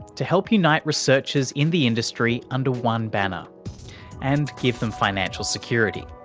to help unite researchers in the industry under one banner and give them financial security.